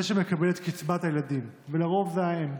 זה שמקבל את קצבת הילדים, לרוב זה האם,